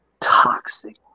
toxic